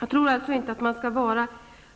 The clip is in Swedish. Jag tror inte att man skall vara